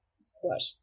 squashed